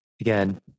again